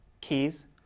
keys